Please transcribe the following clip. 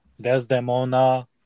Desdemona